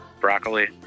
broccoli